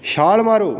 ਛਾਲ ਮਾਰੋ